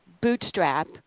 bootstrap